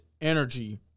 energy